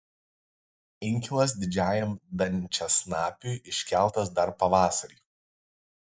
inkilas didžiajam dančiasnapiui iškeltas dar pavasarį